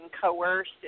coerced